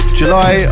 july